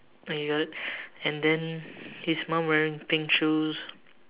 my god and then his mum wearing pink shoes